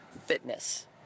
fitness